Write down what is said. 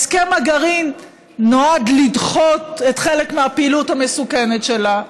הסכם הגרעין נועד לדחות חלק מהפעילות המסוכנת שלה.